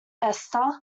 esther